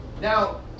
Now